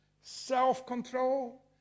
self-control